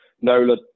Nola